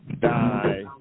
die